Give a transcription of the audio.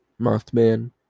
Mothman